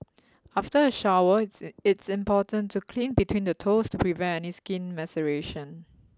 after a shower it's it's important to clean between the toes to prevent any skin maceration